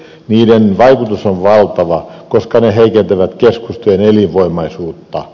niiden vaikutus on valtava koska ne heikentävät keskustojen elinvoimaisuutta